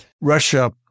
Russia